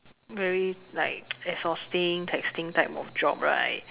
very like exhausting taxing kind of job right